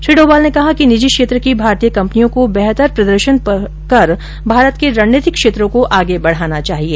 श्री डोभाल ने कहा कि निजी क्षेत्र की भारतीय कंपनियों को बेहतर प्रदर्शन कर भारत के रणनीतिक क्षेत्रों को आगे बढ़ाना चाहिए